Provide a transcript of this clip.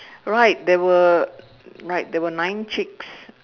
right there were right there were nine chicks